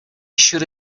should